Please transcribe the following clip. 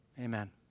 Amen